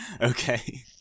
Okay